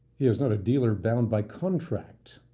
he is not a dealer bound by contract,